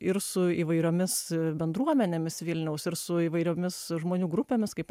ir su įvairiomis bendruomenėmis vilniaus ir su įvairiomis žmonių grupėmis kaip